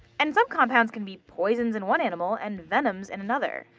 and some compounds can be poisons in one animal and venoms in another.